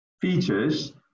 features